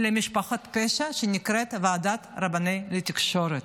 למשפחת פשע שנקראת "ועדת הרבנים לתקשורת".